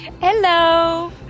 Hello